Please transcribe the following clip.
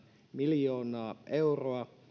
miljoonaa euroa